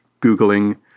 Googling